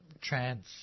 trans